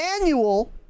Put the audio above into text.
annual